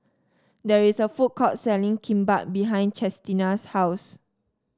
there is a food court selling Kimbap behind Chestina's house